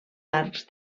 arcs